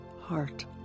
heart